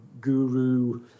guru